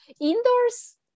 Indoors